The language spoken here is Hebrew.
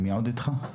מי עוד נמצא אתך?